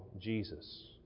Jesus